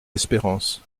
espérance